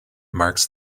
marks